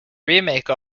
remake